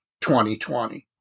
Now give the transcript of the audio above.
2020